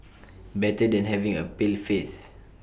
better than having A pale face